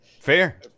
Fair